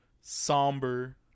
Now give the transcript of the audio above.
somber